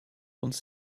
uns